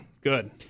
good